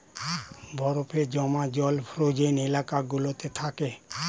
বরফে জমা জল ফ্রোজেন এলাকা গুলোতে থাকে